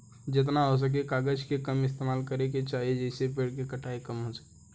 जेतना हो सके कागज के कम इस्तेमाल करे के चाही, जेइसे पेड़ के कटाई कम हो सके